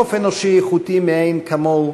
נוף אנושי איכותי מאין כמוהו,